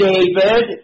David